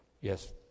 yes